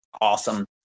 Awesome